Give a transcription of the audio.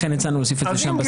לכן הצענו להוסיף שם.